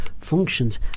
functions